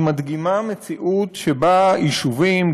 היא מדגימה מציאות שבה יישובים,